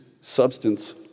substance